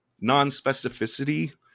non-specificity